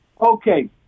Okay